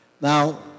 Now